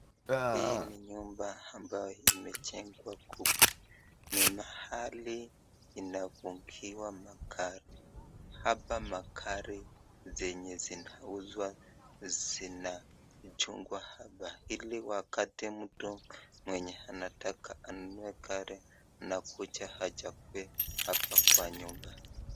Hi ni nyumba ambayo imejengwa kubwa ni mahali inafungiwa magari hapa magari zenye zinauzwa zinajungwa hapa ili wakati mtu nenye anataka anunue gari nakuje achague hapa kwa nyumba